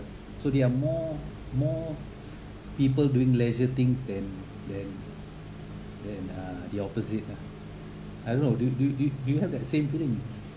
so there are more more people doing leisure things than than than uh the opposite uh I don't know do you do you do you have that same feeling